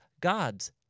God's